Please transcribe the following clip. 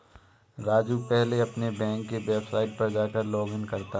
राजू पहले अपने बैंक के वेबसाइट पर जाकर लॉगइन करता है